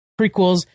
prequels